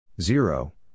Zero